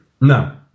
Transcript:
No